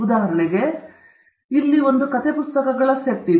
ಉದಾಹರಣೆಗೆ ಇಲ್ಲಿ ಕಥೆ ಪುಸ್ತಕಗಳ ಒಂದು ಸೆಟ್